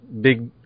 big